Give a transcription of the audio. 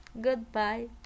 Goodbye